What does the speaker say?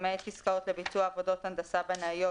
למעט עסקאות לביצוע עבודות הנדסה בנאיות,